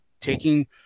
taking